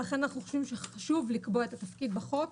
ולכן אנחנו חושבים שחשוב לקבוע את התפקיד בחוק